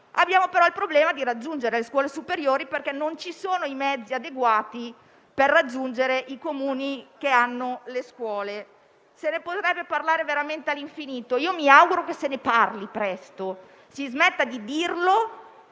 Abbiamo però il problema di raggiungere le scuole superiori perché non ci sono i mezzi adeguati per raggiungere i Comuni che hanno le scuole. Se ne potrebbe parlare veramente all'infinito. È bello avere dei buoni propositi, mi auguro